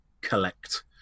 collect